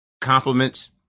compliments